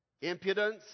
Impudence